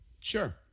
Sure